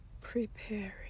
preparing